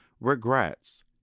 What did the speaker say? regrets